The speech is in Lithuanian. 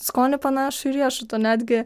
skonį panašų į riešutą netgi